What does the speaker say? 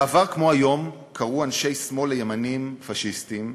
בעבר כמו היום קראו אנשי שמאל לימנים פאשיסטים,